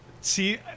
See